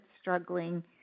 struggling